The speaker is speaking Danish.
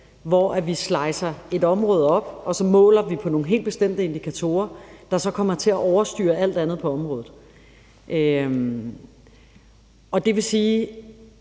hvor vi slicer et område op, og så måler vi på nogle helt bestemte indikatorer, der så kommer til at overstyre alt andet på området. Det vil igen